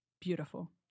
beautiful